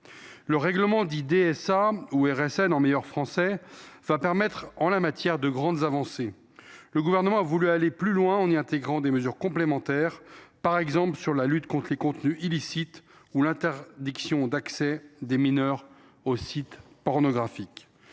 Le règlement sur les services numériques permettra, en la matière, de grandes avancées. Le Gouvernement a voulu aller plus loin en y intégrant des mesures complémentaires, par exemple sur la lutte contre les contenus illicites ou sur l’interdiction d’accès des mineurs aux sites pornographiques.